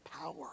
power